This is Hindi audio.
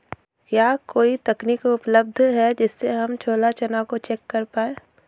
क्या कोई तकनीक उपलब्ध है जिससे हम छोला चना को चेक कर पाए?